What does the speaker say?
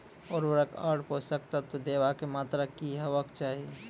उर्वरक आर पोसक तत्व देवाक मात्राकी हेवाक चाही?